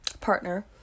partner